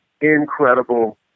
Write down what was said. Incredible